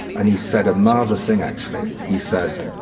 and he said a marvelous thing, actually. he said,